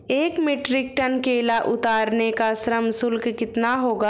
एक metric tonne केला उतारने का श्रम शुल्क कितना होगा?